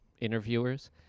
interviewers